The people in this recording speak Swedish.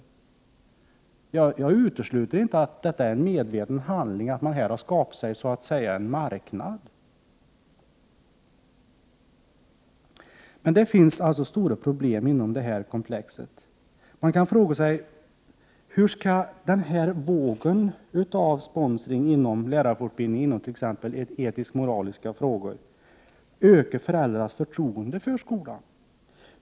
Jag utesluter inte att detta är en medveten handling och att det så att säga har skapats en marknad. Det finns alltså stora problem på detta område. Man kan ställa frågan: Hur skall denna våg av sponsring när det gäller lärarfortbildningen inom t.ex. etisk-moraliska frågor öka föräldrarnas förtroende för skolan?